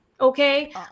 okay